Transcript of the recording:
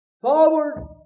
Forward